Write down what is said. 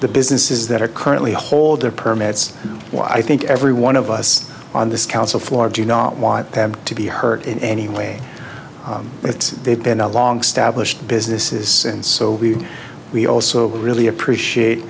the businesses that are currently hold their permits while i think every one of us on this council floor do not want to be hurt in any way but it's they've been a long stablished businesses and so we we also really appreciate